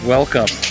Welcome